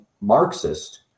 Marxist